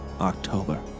October